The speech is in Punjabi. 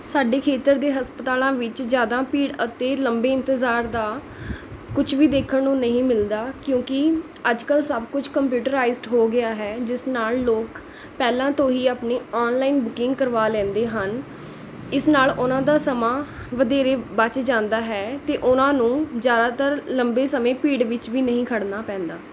ਸਾਡੇ ਖੇਤਰ ਦੇ ਹਸਪਤਾਲਾਂ ਵਿੱਚ ਜ਼ਿਆਦਾ ਭੀੜ ਅਤੇ ਲੰਬੇ ਇੰਤਜ਼ਾਰ ਦਾ ਕੁਛ ਵੀ ਦੇਖਣ ਨੂੰ ਨਹੀਂ ਮਿਲਦਾ ਕਿਉਂਕਿ ਅੱਜ ਕੱਲ੍ਹ ਸਭ ਕੁਝ ਕੰਪਿਊਟਰਾਈਜ਼ਡ ਹੋ ਗਿਆ ਹੈ ਜਿਸ ਨਾਲ਼ ਲੋਕ ਪਹਿਲਾਂ ਤੋਂ ਹੀ ਆਪਣੀ ਔਨਲਾਈਨ ਬੁਕਿੰਗ ਕਰਵਾ ਲੈਂਦੇ ਹਨ ਇਸ ਨਾਲ਼ ਉਹਨਾਂ ਦਾ ਸਮਾਂ ਵਧੇਰੇ ਬਚ ਜਾਂਦਾ ਹੈ ਅਤੇ ਉਹਨਾਂ ਨੂੰ ਜ਼ਿਆਦਾਤਰ ਲੰਬੇ ਸਮੇਂ ਭੀੜ ਵਿੱਚ ਵੀ ਨਹੀਂ ਖੜ੍ਹਨਾ ਪੈਂਦਾ